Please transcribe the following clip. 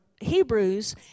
Hebrews